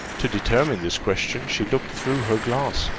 to determine this question, she looked through her glass,